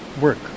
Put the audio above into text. work